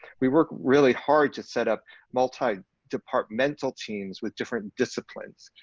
we work really hard to set up multi departmental teams with different disciplines.